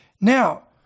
now